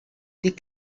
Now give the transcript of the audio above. des